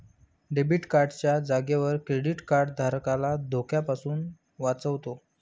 debit card च्या जागेवर credit card धारकाला धोक्यापासून वाचवतो